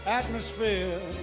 atmosphere